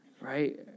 Right